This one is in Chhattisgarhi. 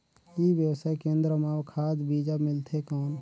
ई व्यवसाय केंद्र मां खाद बीजा मिलथे कौन?